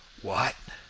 what?